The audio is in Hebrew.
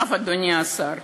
עכשיו, אדוני השר,